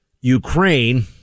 Ukraine